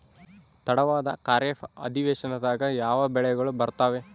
ತಡವಾದ ಖಾರೇಫ್ ಅಧಿವೇಶನದಾಗ ಯಾವ ಬೆಳೆಗಳು ಬರ್ತಾವೆ?